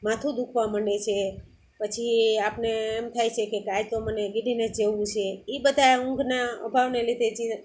માથું દુખવા મંડે છે પછી આપણને એમ થાય છે કે કે આજતો મને ડીઝીનેસ જેવું છે એ બધાય ઊંઘના અભાવને લીધે જે